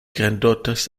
granddaughters